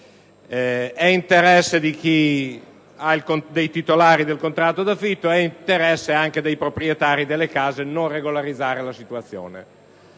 È interesse dei titolari del contratto d'affitto ed è interesse anche dei proprietari delle case non regolarizzare la situazione.